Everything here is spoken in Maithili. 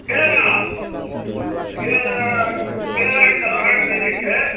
केराके केराके अहाँके जे छै